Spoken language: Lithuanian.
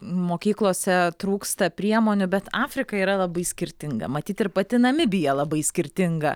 mokyklose trūksta priemonių bet afrika yra labai skirtinga matyt ir pati namibija labai skirtinga